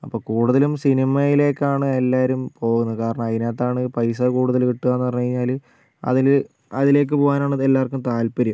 അപ്പം കൂടുതലും സിനിമയിലേക്കാണ് എല്ലാവരും പോകുന്നത് കാരണം അതിനകത്താണ് പൈസ കൂടുതൽ കിട്ടുകയെന്നു പറഞ്ഞു കഴിഞ്ഞാൽ അതിൽ അതിലേക്ക് പോകാനാണ് എല്ലാവർക്കും താത്പര്യം